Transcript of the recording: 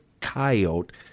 coyote